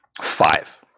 Five